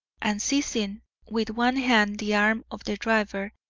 and seizing with one hand the arm of the driver,